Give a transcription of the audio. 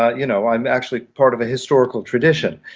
ah you know. i'm actually part of a historical tradition.